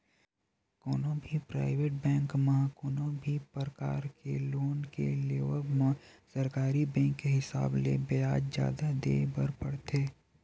कोनो भी private bank म कोनो भी परकार के लोन के लेवब म सरकारी बेंक के हिसाब ले बियाज जादा देय बर परथे